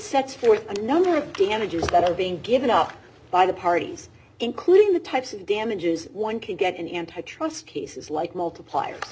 forth a number of damages that are being given up by the parties including the types of damages one can get in antitrust cases like multipliers